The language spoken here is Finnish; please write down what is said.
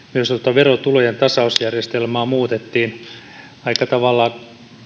verotulojen tasausjärjestelmää muutettiin aika tavalla